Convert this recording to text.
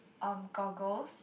um goggles